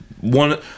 one